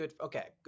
Okay